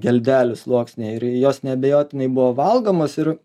geldelių sluoksniai ir jos neabejotinai buvo valgomos ir